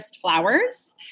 flowers